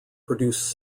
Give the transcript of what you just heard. produce